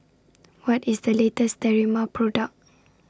What IS The latest Sterimar Product